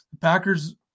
Packers